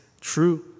true